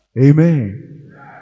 amen